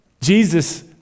Jesus